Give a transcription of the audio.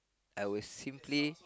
I would simply